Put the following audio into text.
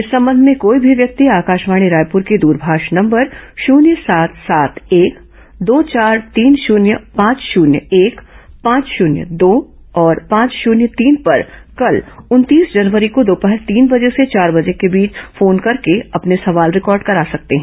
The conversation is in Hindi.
इस संबंध में कोई भी व्यक्ति आकाशवाणी रायपुर के दूरभाष नंबर शून्य सात सात एक दो चार तीन शून्य पांच शून्य एक पांच शून्य दो और पांच शून्य तीन पर कल उनतीस जनवरी को दोपहर तीन से चार बजे के बीच फोन करके अपने सवाल रिकॉर्ड करा सकते हैं